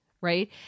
right